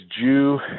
Jew